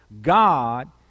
God